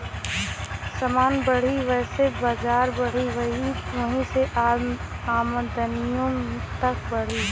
समान बढ़ी वैसे बजार बढ़ी, वही से आमदनिओ त बढ़ी